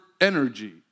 energy